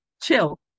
Chill